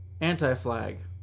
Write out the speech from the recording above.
Anti-Flag